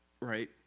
right